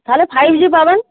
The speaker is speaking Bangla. তাহলে ফাইভ জি পাবেন